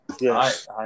Yes